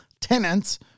tenants